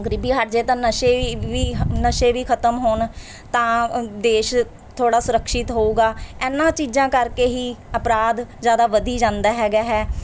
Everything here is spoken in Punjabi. ਗਰੀਬੀ ਹਟ ਜਾਵੇ ਤਾਂ ਨਸ਼ੇ ਵੀ ਹ ਨਸ਼ੇ ਵੀ ਖ਼ਤਮ ਹੋਣ ਤਾਂ ਅ ਦੇਸ਼ ਥੋੜ੍ਹਾ ਸੁਰਖਸ਼ਿਤ ਹੋਵੇਗਾ ਇਹਨਾਂ ਚੀਜ਼ਾਂ ਕਰਕੇ ਹੀ ਅਪਰਾਧ ਜ਼ਿਆਦਾ ਵਧੀ ਜਾਂਦਾ ਹੈਗਾ ਹੈ